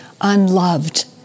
unloved